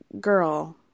girl